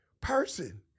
person